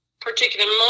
particular